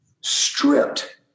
stripped